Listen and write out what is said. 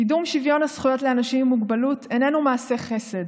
קידום שוויון הזכויות לאנשים עם מוגבלות איננו מעשה חסד